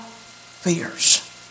fears